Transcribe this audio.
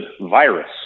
virus